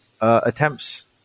attempts